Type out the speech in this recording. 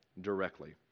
directly